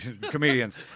Comedians